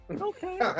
okay